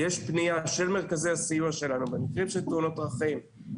למי בכון הפתולוגי צריך לפנות כדי לקבל מידע או להיות איתו בקשר.